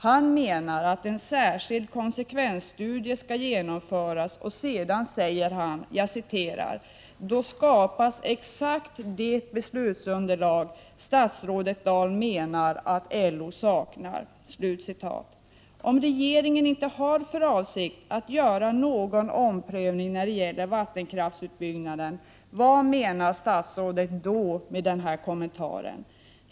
Han menar att en särskild konsekvensstudie skall genomföras, och sedan säger han: ”Då skapas exakt det beslutsunderlag statsrådet Dahl menar att LO saknar.” 3 Om regeringen inte har för avsikt att göra någon omprövning när det gäller vattenkraftsutbyggnaden, vad menar då statsrådet med denna kommentar?